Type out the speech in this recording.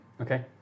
Okay